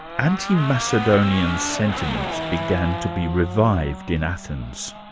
anti-macedonian sentiments began to be revived in athens.